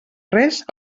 res